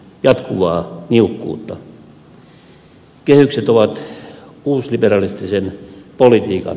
kehykset ovat uusliberalistisen politiikan pakkopaita